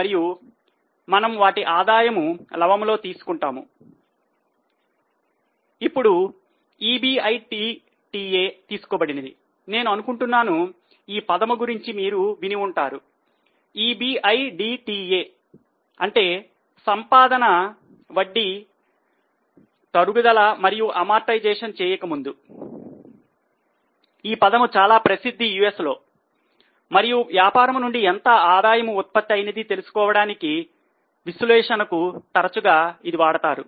మరియు వ్యాపారం నుండి ఎంత ఆదాయము ఉత్పత్తి అయినది తెలుసుకోవడానికి విశ్లేషణకు తరచుగా వాడతారు